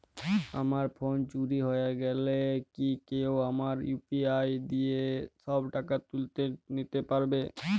আমার ফোন চুরি হয়ে গেলে কি কেউ আমার ইউ.পি.আই দিয়ে সব টাকা তুলে নিতে পারবে?